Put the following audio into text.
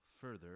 further